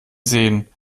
sehen